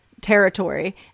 territory